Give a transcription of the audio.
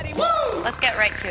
and let's get right